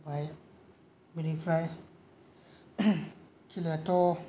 ओमफाय बिनिफ्राय खेलायाथ'